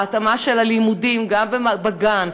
ההתאמה של הלימודים גם בגן,